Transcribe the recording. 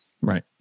right